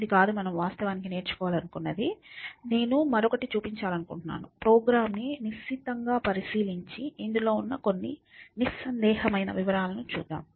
ఇది కాదు మనం వాస్తవానికి నేర్చుకోవాలనుకున్నది నేను మరొకటి చుపించాలనుకుంటున్నాను ప్రోగ్రామ్ను నిశితంగా పరిశీలించి ఇందులో ఉన్న కొన్ని నిస్సందేహమైన వివరాలను చూద్దాం